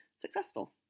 successful